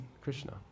Krishna